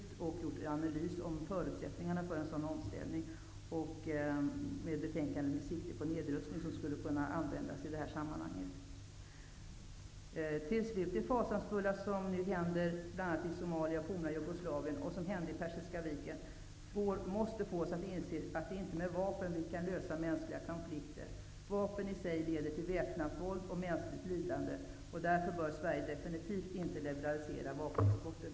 Sverige har också gjort en analys av förutsättningarna för en sådan omställning i betänkandet ''Med sikte på nedrustning'', som skulle kunna användas i det här sammanhanget. Till slut: Det fasansfulla som nu händer bl.a. i Somalia och det forna Jugoslavien, och även det som hände i Persiska viken, måste få oss att inse att det inte är med vapen som vi kan lösa mänskliga konflikter. Vapen i sig leder till väpnat våld och mänskligt lidande. Därför bör Sverige definitivt inte liberalisera vapenexporten.